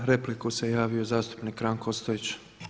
Za repliku se javio zastupnik Ranko Ostojić.